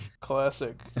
Classic